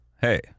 hey